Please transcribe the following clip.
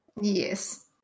Yes